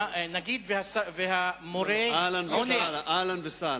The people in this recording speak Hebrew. נגיד והמורה, אהלן וסהלן.